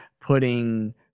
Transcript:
putting